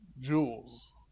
jewels